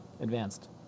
advanced